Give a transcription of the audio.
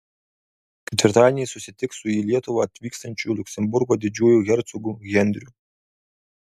ketvirtadienį susitiks su į lietuvą atvykstančiu liuksemburgo didžiuoju hercogu henriu